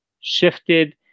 shifted